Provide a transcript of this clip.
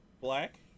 Black